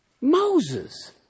Moses